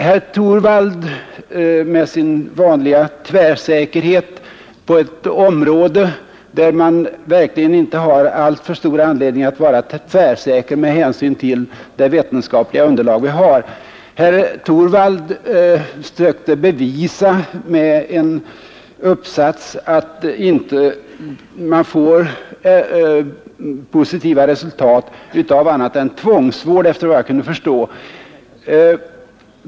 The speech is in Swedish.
Herr Torwald försökte med sin vanliga tvärsäkerhet på ett område, där man verkligen inte har alltför stor anledning att vara tvärsäker med hänsyn till det vetenskapliga underlag vi har, bevisa med hjälp av en uppsats att man inte får positiva resultat annat än av tvångsvård.